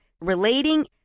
relating